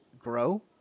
grow